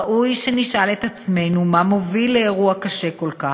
ראוי שנשאל את עצמנו מה מוביל לאירוע קשה כל כך,